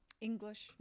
English